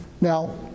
now